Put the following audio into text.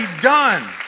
done